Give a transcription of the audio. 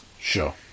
Sure